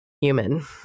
human